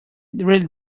really